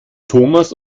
thomas